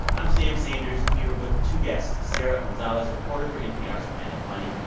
i'm sam sanders here with two guests sarah gonzalez, reporter for npr's planet money,